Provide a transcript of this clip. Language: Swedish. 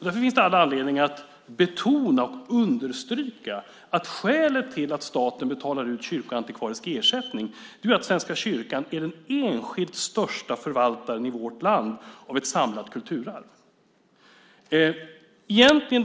Därför finns det all anledning att betona och understryka att skälet till att staten betalar ut kyrkoantikvarisk ersättning är att Svenska kyrkan är den enskilt största förvaltaren av ett samlat kulturarv i vårt land.